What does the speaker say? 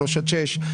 שלוש עד שש.